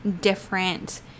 different